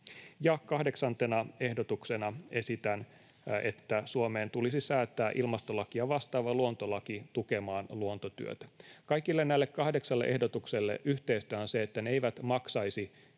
Kahdeksantena ehdotuksena esitän, että Suomeen tulisi säätää ilmastolakia vastaava luontolaki tukemaan luontotyötä. Kaikille näille kahdeksalle ehdotukselle yhteistä on se, että ne eivät maksaisi